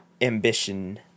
ambition